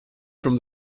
from